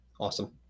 Awesome